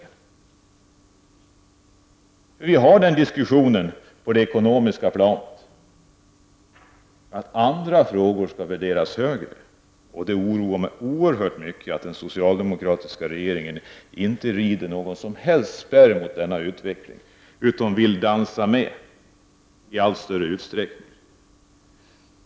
Det förekommer en inställning på det ekonomiska planet att andra frågor skall värderas högre. Det oroar mig oerhört att inte den socialdemokratiska regeringen rider någon som helst spärr mot denna utveckling utan vill dansa med i allt större utsträckning.